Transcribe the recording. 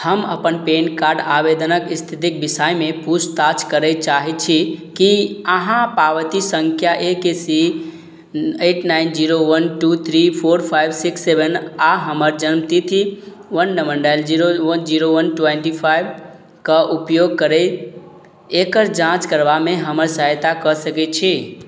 हम अपन PAN card आवेदनके इस्थितिके विषयमे पूछताछ करै चाहै छी कि अहाँ पावती सँख्या A K C eight nine zero one two three four five six seven आओर हमर जनमतिथि one double nine zero one one twenty फाइवके उपयोग करैत एकर जाँच करबामे हमर सहायता कऽ सकै छी